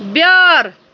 بیٲر